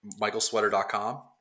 michaelsweater.com